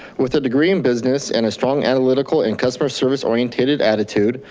with a degree in business and a strong analytical and customer service orientated attitude,